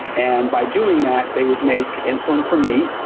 and by doing that they would make insulin for me,